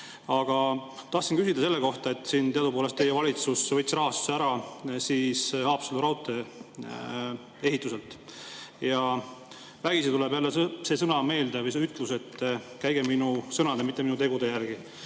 Aga tahtsin küsida selle kohta, et teadupoolest teie valitsus võttis rahastuse ära Haapsalu raudtee ehituselt. Ja vägisi tuleb jälle meelde see ütlus, et käige minu sõnade, mitte minu tegude järgi.